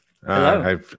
Hello